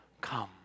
come